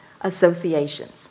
associations